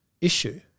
issue